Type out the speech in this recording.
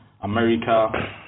America